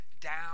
down